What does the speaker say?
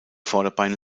vorderbeine